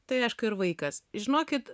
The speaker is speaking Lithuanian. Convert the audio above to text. tai aišku ir vaikas žinokit